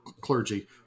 clergy